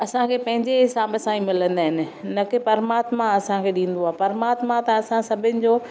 असांखे पंहिंजे हिसाबु सां ई मिलंदा आहिनि न कि परमात्मा असांखे ॾींदो आहे परमात्मा त असां सभिनिनि जो